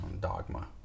dogma